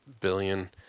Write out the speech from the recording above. billion